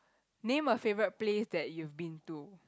name a favourite place that you've been to